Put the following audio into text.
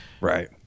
right